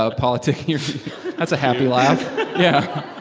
ah politics that's a happy laugh yeah.